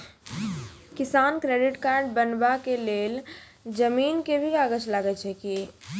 किसान credit card बनबा के लेल जमीन के भी कागज लागै छै कि?